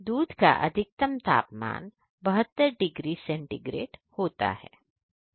दूध का अधिकतम तापमान 72 डिग्री सेंटीग्रेड होता है